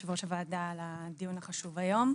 יו"ר הוועדה על הדיון החשוב היום.